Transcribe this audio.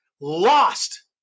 lost